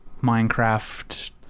Minecraft